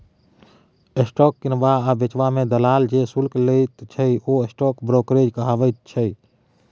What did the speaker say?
stock किनबा आ बेचबा मे दलाल जे शुल्क लैत छै ओ स्टॉक ब्रोकरेज कहाबैत छै